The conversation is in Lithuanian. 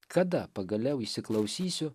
kada pagaliau įsiklausysiu